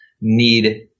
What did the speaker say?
need